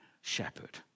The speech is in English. shepherd